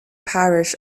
parish